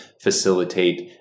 facilitate